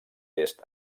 est